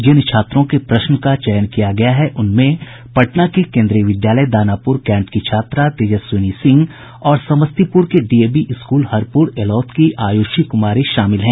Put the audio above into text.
जिन छात्रों के प्रश्न का चयन किया गया उनमें पटना के केन्द्रीय विद्यालय दानापुर कैंट की छात्रा तेजस्विनी सिंह और समस्तीपुर के डीएवी स्कूल हरपुर एलौथ की आयुषी कुमारी शामिल हैं